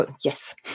Yes